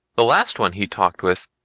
the last one he talked with,